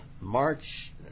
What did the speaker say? March